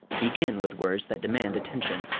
begin with words that demand attention.